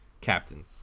Captain